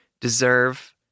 deserve